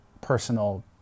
personal